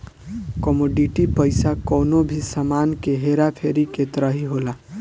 commodity पईसा कवनो भी सामान के हेरा फेरी के तरही होला